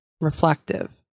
reflective